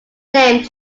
named